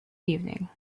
evening